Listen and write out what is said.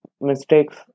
mistakes